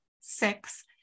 six